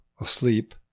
asleep